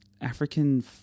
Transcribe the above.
African